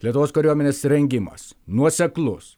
lietuvos kariuomenės rengimas nuoseklus